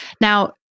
Now